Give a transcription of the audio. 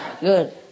Good